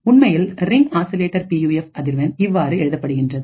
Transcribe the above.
உண்மையில் ring oscillator பியூஎஃப் அதிர்வெண் இவ்வாறு எழுதப்படுகின்றது